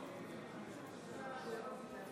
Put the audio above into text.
ספירת קולות.